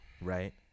Right